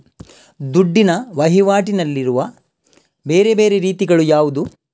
ದುಡ್ಡಿನ ವಹಿವಾಟಿನಲ್ಲಿರುವ ಬೇರೆ ಬೇರೆ ರೀತಿಗಳು ಯಾವುದು?